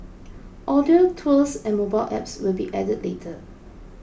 audio tours and mobile apps will be added later